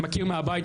מכיר מהבית,